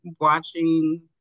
watching